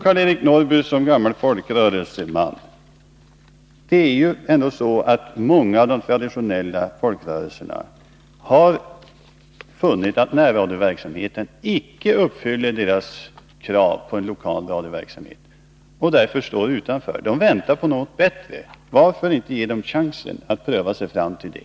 Karl-Eric Norrby vet som gammal folkrörelseman att många av de traditionella folkrörelserna har funnit att närradioverksamheten icke uppfyller deras krav på lokal radioverksamhet. Därför står de utanför och väntar på något bättre. Varför inte ge dem chansen att pröva sig fram till det?